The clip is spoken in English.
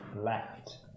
left